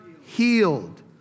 healed